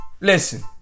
Listen